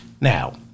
Now